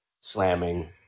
slamming